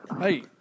hey